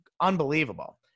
unbelievable